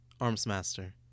Armsmaster